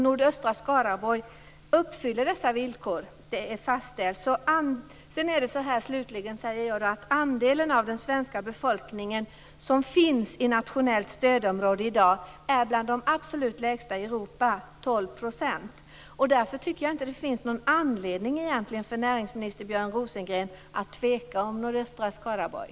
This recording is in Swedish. Nordöstra Skaraborg uppfyller dessa villkor. Detta är fastställt. Slutligen: Andelen svensk befolkning som i dag finns i nationellt stödområde är en av de absolut minsta i Europa, 12 %. Därför tycker jag inte att det egentligen finns någon anledning för näringsminister Björn Rosengren att tveka om nordöstra Skaraborg.